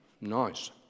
Nice